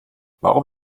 warum